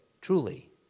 Truly